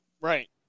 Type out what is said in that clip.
Right